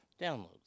Downloads